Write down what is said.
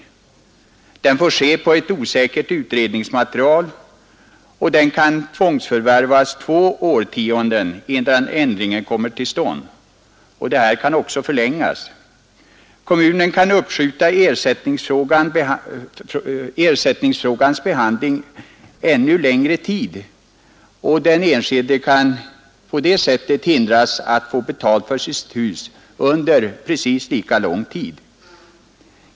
Expropriationen får ske på ett osäkert utredningsmaterial, och egnahemmet kan tvångsförvärvas två årtionden innan ändringen kommer till stånd, en tid som också kan förlängas. Kommunen kan uppskjuta ersättningsfrågans behandling ännu längre tid, och den enskilde hindras därigenom att få betalt för sitt hus under precis lika lång tid.